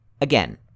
again